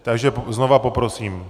Takže znova poprosím.